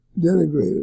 denigrated